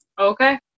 Okay